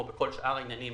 כמו בכל שאר העניינים